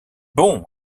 bon